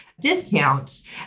discounts